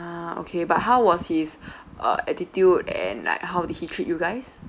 ah okay but how was his uh attitude and like how did he treat you guys